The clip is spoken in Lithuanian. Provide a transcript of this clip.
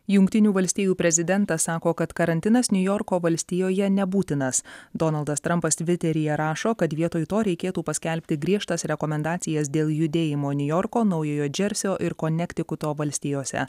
jungtinių valstijų prezidentas sako kad karantinas niujorko valstijoje nebūtinas donaldas trampas tviteryje rašo kad vietoj to reikėtų paskelbti griežtas rekomendacijas dėl judėjimo niujorko naujojo džersio ir konektikuto valstijose